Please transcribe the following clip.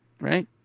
Right